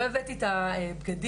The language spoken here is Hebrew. לא הבאתי את הבגדים,